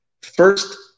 first